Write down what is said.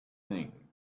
thing